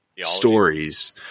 stories